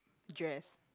dress